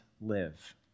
live